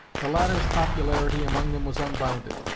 the latter's popularity among them was unbounded.